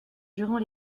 durant